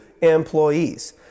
employees